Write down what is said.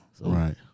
Right